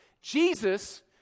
Jesus